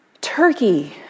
turkey